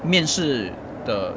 面试的